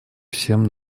всем